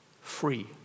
free